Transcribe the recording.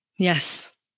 Yes